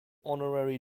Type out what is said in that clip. honorary